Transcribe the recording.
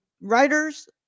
writers